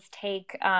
take